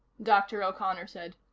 dr. o'connor said.